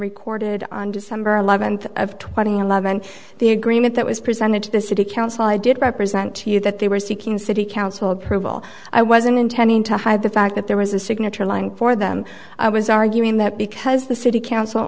recorded on december eleventh of twenty eleven the agreement that was presented to the city council i did represent to you that they were seeking city council approval i wasn't intending to hide the fact that there was a signature line for them i was arguing that because the city council